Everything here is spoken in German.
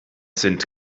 sind